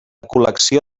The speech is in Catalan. col·lecció